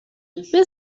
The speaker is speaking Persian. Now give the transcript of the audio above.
مثل